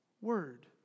word